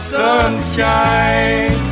sunshine